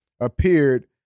appeared